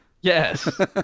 Yes